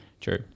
True